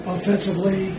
Offensively